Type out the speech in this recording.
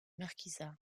marquisat